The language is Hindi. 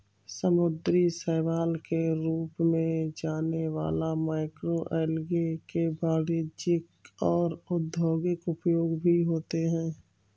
समुद्री शैवाल के रूप में जाने वाला मैक्रोएल्गे के वाणिज्यिक और औद्योगिक उपयोग भी होते हैं